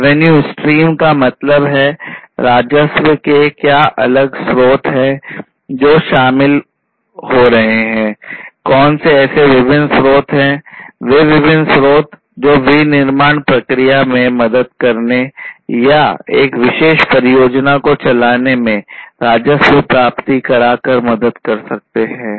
revenue stream का मतलब है राजस्व के क्या अलग स्रोत हैं जो शामिल हो रहे हैं कौन से ऐसे विभिन्न स्रोत हैं वे विभिन्न स्रोत जो विनिर्माण प्रक्रिया में मदद करने या एक विशेष परियोजना को चलाने में राजस्व प्राप्ति करा कर मदद कर सकते हैं